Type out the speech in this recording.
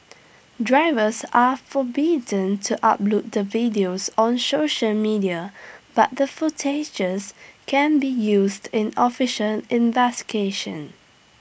drivers are forbidden to upload the videos on social media but the footages can be used in official investigations